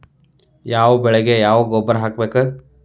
ಯಾವ ಬೆಳಿಗೆ ಯಾವ ಗೊಬ್ಬರ ಹಾಕ್ಬೇಕ್?